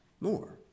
more